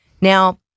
Now